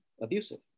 abusive